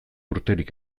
urterik